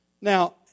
Now